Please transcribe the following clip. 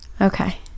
Okay